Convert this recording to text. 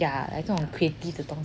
yeah like 这种 creative 的东西